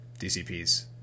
DCPs